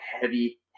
heavy